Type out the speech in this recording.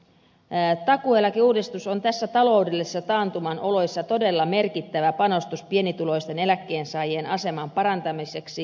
takuueläkeuudistus on näissä taloudellisessa taantuman oloissa todella merkittävä panostus pienituloisten eläkkeensaajien aseman parantamiseksi